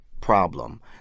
problem